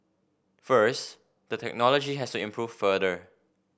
first the technology has to improve further